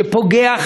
שפוגע,